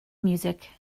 music